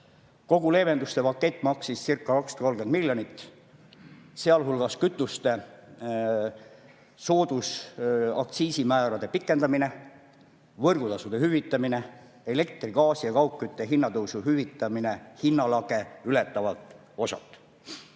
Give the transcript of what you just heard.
Kogu leevenduste pakett maksiscirca230 miljonit, sealhulgas kütuste soodusaktsiisimäärade pikendamine, võrgutasude hüvitamine, elektri, gaasi ja kaugkütte hinnatõusu hüvitamine hinnalage ületavalt osalt.